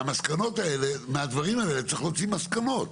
מהמסקנות האלה, מהדברים האלה, צריך להוציא מסקנות.